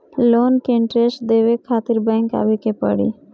Loan के interest देवे खातिर बैंक आवे के पड़ी?